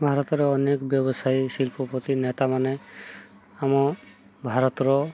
ଭାରତର ଅନେକ ବ୍ୟବସାୟୀ ଶିଳ୍ପପତି ନେତାମାନେ ଆମ ଭାରତର